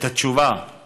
את התשובה על